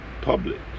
public